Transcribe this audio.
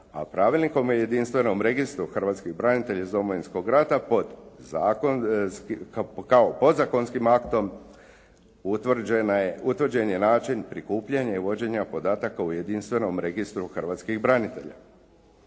a pravilnikom o jedinstvenom registru hrvatskih branitelja iz Domovinskog rata kao podzakonskim aktom, utvrđen je način prikupljanja i vođenja podataka o jedinstvenom registru hrvatskih branitelja.